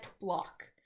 block